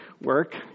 work